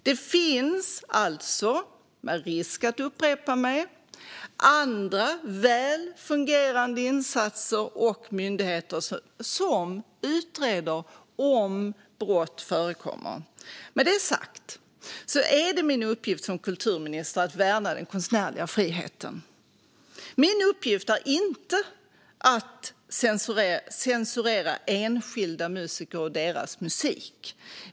Med risk för att jag upprepar mig finns det alltså andra väl fungerande instanser och myndigheter som utreder om brott förekommer. Med detta sagt är det min uppgift som kulturminister att värna den konstnärliga friheten. Min uppgift är inte att censurera enskilda musiker och deras musik.